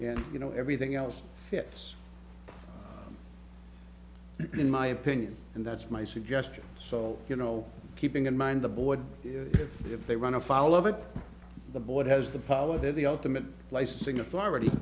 and you know everything else gets in my opinion and that's my suggestion so you know keeping in mind the board if they run afoul of it the board has the power they're the ultimate licensing authority